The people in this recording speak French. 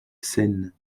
scène